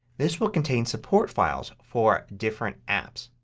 this will contain support files for different apps.